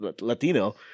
Latino